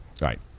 right